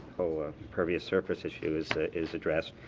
whole impervious surface issue is is addressed?